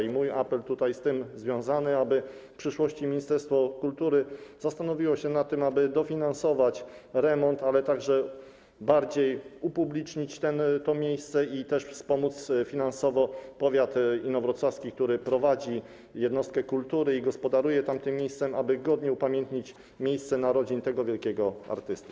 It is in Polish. I mój apel z tym związany, aby w przyszłości ministerstwo kultury zastanowiło się nad tym, aby dofinansować remont, ale także bardziej upublicznić to miejsce i wspomóc finansowo powiat inowrocławski, który prowadzi jednostkę kultury i gospodaruje tamtym miejscem, aby godnie upamiętnić miejsce narodzin tego wielkiego artysty.